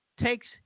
takes